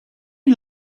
you